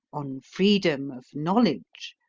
on freedom of knowledge,